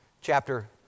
Chapter